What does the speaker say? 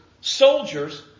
soldiers